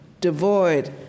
devoid